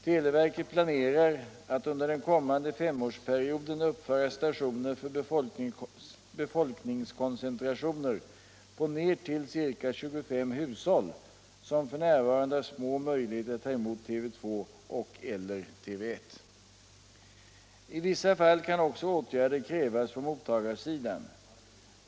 Televerket planerar att under den kommande femårsperioden uppföra stationer för befolkningskoncentrationer på ner till ca 25 hushåll som f. n. har små möjligheter att ta emot TV 2 och/eller TV 1. I vissa fall kan också åtgärder krävas på mottagarsidan.